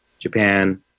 Japan